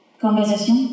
Conversation